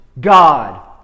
God